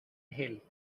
gel